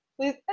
please